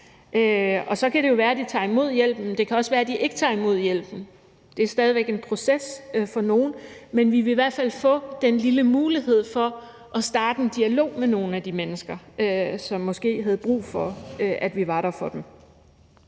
Så kan det jo være, at de tager imod hjælpen, men det kan også være, de ikke tager imod hjælpen. Det er stadig væk en proces for nogle, men vi vil i hvert fald få den lille mulighed for at starte en dialog med nogle af de mennesker, som måske havde brug for, at vi var der for dem.